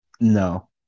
no